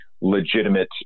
legitimate